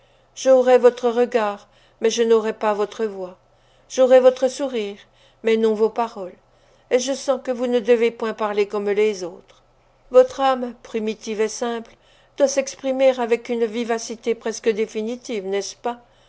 j'aurais votre regard mais je n'aurais pas votre voix j'aurais votre sourire mais non vos paroles et je sens que vous ne devez point parler comme les autres votre âme primitive et simple doit s'exprimer avec une vivacité presque définitive n'est-ce pas